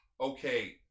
Okay